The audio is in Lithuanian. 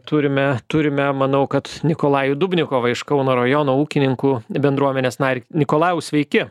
turime turime manau kad nikolajų dubnikovą iš kauno rajono ūkininkų bendruomenės narį nikolajau sveiki